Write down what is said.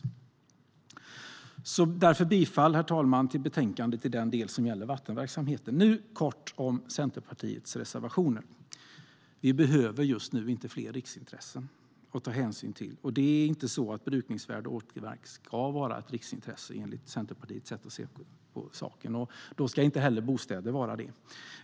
Därför yrkar jag bifall, herr talman, till förslaget i betänkandet i den del som gäller vattenverksamheten. Nu vill jag säga något kort om Centerpartiets reservationer. Vi behöver just nu inte fler riksintressen att ta hänsyn till. Brukningsvärd åkermark ska inte vara ett riksintresse, enligt Centerpartiets sätt att se på saken. Då ska inte heller bostäder vara det.